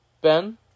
Ben